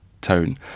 tone